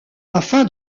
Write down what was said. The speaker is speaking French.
afin